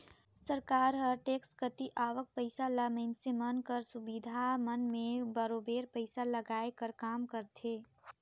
सरकार हर टेक्स कती आवक पइसा ल मइनसे मन कर सुबिधा मन में बरोबेर पइसा लगाए कर काम करथे